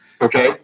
Okay